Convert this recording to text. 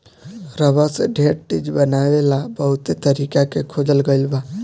rubber से ढेर चीज बनावे ला बहुते तरीका के खोजल गईल बा